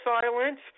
silence